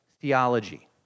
theology